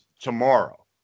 tomorrow